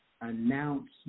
announce